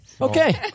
okay